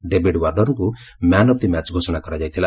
David ୱାର୍ଣ୍ଣରଙ୍କୁ man of the match ଘୋଷଣା କରାଯାଇଥିଲା